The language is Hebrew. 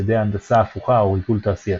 על ידי הנדסה הפוכה או ריגול תעשייתי.